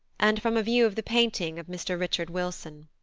and from a view of the painting of mr. richard wilson.